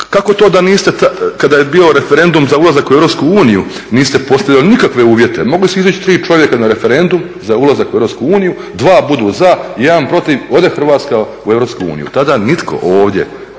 kako to da niste kada je bio referendum za ulazak u EU niste postavili nikakve uvjete. Mogla su izići tri čovjeka na referendum za ulazak u EU, dva budu za, jedan protiv ode Hrvatska u EU. Tada nitko ovdje